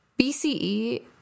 BCE